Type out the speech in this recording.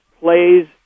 plays